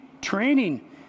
training